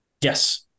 Yes